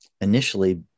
initially